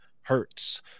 hertz